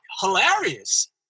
hilarious